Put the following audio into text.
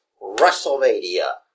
WrestleMania